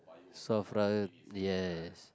Safra yes